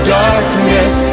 darkness